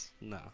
No